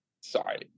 sorry